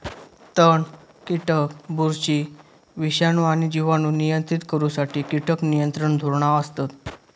तण, कीटक, बुरशी, विषाणू आणि जिवाणू नियंत्रित करुसाठी कीटक नियंत्रण धोरणा असत